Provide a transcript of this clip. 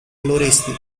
noreste